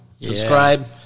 Subscribe